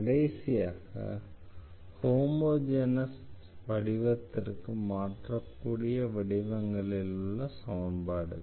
கடைசியாக ஹோமோஜெனஸ் வடிவத்திற்கு மாற்றக்கூடிய வடிவங்களில் உள்ள சமன்பாடுகள்